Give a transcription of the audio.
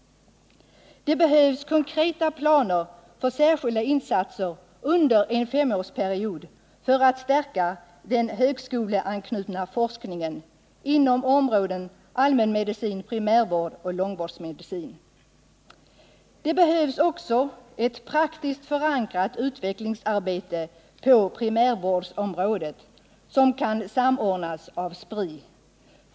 Det behövs konkreta planer för särskilda insatser under en femårsperiod för att stärka den högskoleanknutna forskningen inom områdena allmänmedicin/primärvård och långvårdsmedicin. Det behövs också ett praktiskt förankrat utvecklingsarbete på primärvårdsområdet som kan samordnas av Spri.